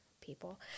people